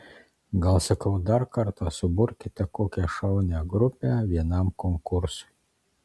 gal sakau dar kartą suburkite kokią šaunią grupę vienam konkursui